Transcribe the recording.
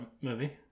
movie